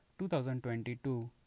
2022